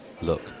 look